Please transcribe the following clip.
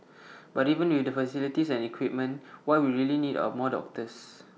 but even with the facilities and equipment what we really need are more doctors